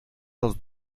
dels